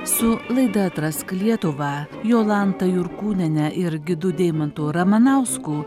su laida atrask lietuvą jolanta jurkūniene ir gidu deimantu ramanausku